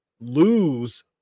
lose